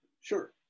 sure